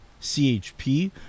CHP